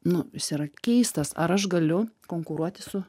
nu jis yra keistas ar aš galiu konkuruoti su